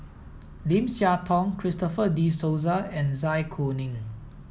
Lim Siah Tong Christopher De Souza and Zai Kuning